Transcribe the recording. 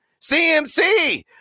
CMC